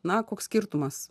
na koks skirtumas